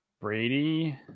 Brady